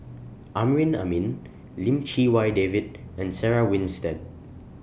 Amrin Amin Lim Chee Wai David and Sarah Winstedt